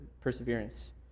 perseverance